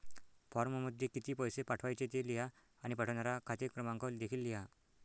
फॉर्ममध्ये किती पैसे पाठवायचे ते लिहा आणि पाठवणारा खाते क्रमांक देखील लिहा